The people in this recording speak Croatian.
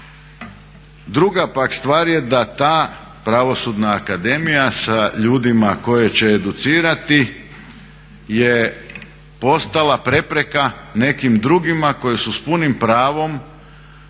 Druga pak stvar je da ta Pravosudna akademija sa ljudima koje će educirati je postala prepreka nekim drugima koji su s punim pravom